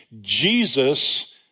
Jesus